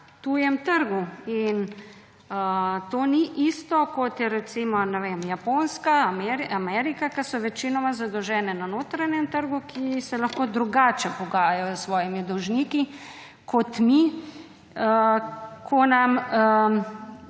tujem trgu. To ni isto kot sta, recimo, ne vem, Japonska, Amerika, ki sta večinoma zadolženi na notranjem trgu, ki se lahko drugače pogaja s svojimi dolžniki kot mi, ko nam